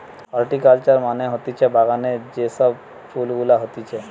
horticulture মানে হতিছে বাগানে যে সব ফুল গুলা হতিছে